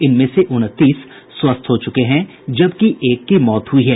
इनमें से उनतीस स्वस्थ हो चुके हैं जबकि एक की मौत हुई है